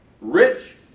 Rich